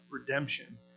redemption